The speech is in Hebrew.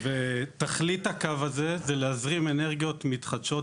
ותכלית הקו הזה היא להזרים אנרגיות מתחדשות,